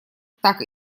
так